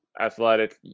athletic